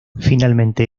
finalmente